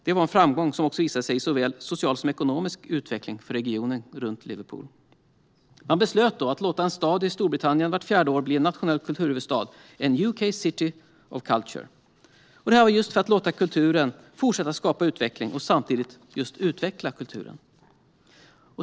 Det var en framgång som också visade sig i social och ekonomisk utveckling för regionen. Man beslöt då att vart fjärde år låta en stad i Storbritannien bli nationell kulturhuvudstad, en UK City of Culture. Det var just för att låta kulturen fortsätta att skapa utveckling och samtidigt utveckla kulturen.